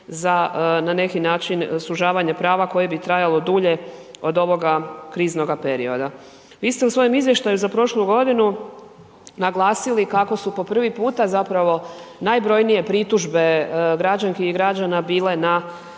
za na neki način sužavanje prava koje bi trajalo dulje od ovoga kriznoga perioda. Vi ste u svojem izvještaju za prošlu godinu naglasili kako su po prvi puta zapravo najbrojnije pritužbe građanki i građana bile na